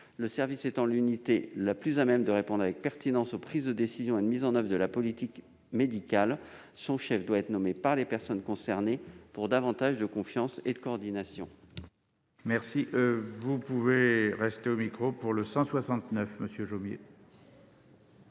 Le service étant l'unité la plus à même de répondre avec pertinence aux prises de décision et à la mise en oeuvre de la politique médicale, son chef doit être nommé par les personnes concernées, pour davantage de confiance et de coordination. L'amendement n° 169, présenté par M. Jomier,